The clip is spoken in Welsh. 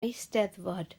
eisteddfod